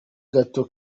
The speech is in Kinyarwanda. gato